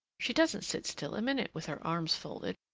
she doesn't sit still a minute with her arms folded,